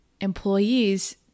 employees